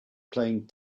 playing